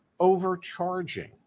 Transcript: overcharging